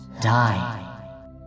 die